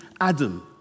Adam